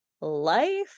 life